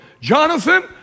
Jonathan